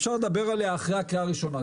אפשר לדבר עליה אחרי הקריאה הראשונה.